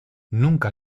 nunca